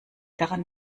daran